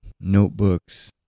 notebooks